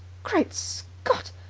great scott!